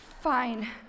Fine